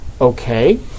Okay